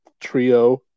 Trio